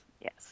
Yes